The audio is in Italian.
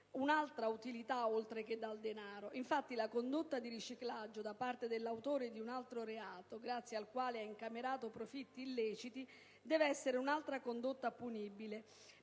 un'altra utilità, oltre che dal denaro. Infatti, la condotta di riciclaggio da parte dell'autore di un altro reato, grazie al quale ha incamerato profitti illeciti, deve essere un'altra condotta punibile: